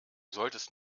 solltest